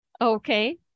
Okay